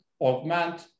augment